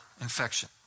infection